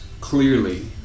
clearly